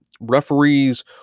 referees